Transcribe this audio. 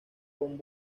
con